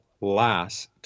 last